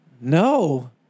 No